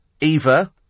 Eva